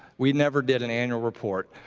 we never did an annual report.